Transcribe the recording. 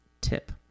tip